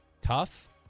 Tough